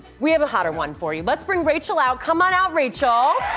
we have a hotter one for you. let's bring rachel out. come on out, rachel.